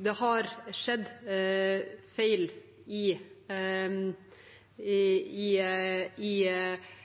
det har skjedd feil i behandlingen av folk. Vi har en tung trygdeskandale som henger over oss. Det